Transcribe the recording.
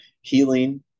healing